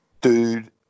Dude